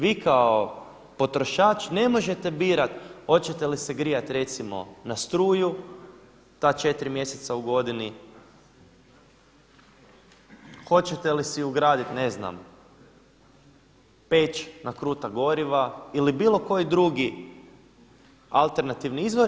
Vi kao potrošač ne možete birat hoćete li se grijati recimo na struju ta četiri mjeseca u godini, hoćete li si ugraditi ne znam peć na kruta goriva ili bilo koji drugi alternativni izvor.